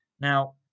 now